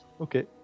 Okay